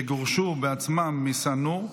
שגורשו בעצמם משא-נור,